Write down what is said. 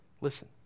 Listen